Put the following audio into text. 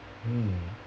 mm